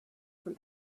from